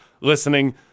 listening